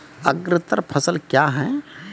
अग्रतर फसल क्या हैं?